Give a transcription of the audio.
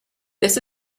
this